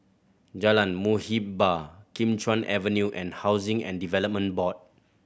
Jalan Muhibbah Kim Chuan Avenue and Housing and Development Board